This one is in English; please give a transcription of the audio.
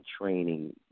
training